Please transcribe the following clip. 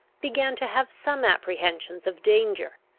began to have some apprehensions of danger,